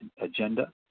agenda